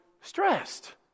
stressed